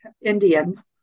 Indians